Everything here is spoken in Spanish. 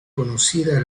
conocida